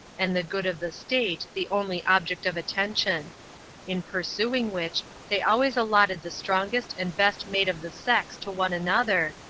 and the good of the state the only object of attention in pursuing which, they always allotted the strongest and best made of the sex to one another,